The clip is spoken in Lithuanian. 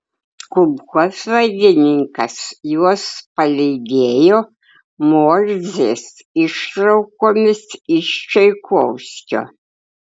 kulkosvaidininkas juos palydėjo morzės ištraukomis iš čaikovskio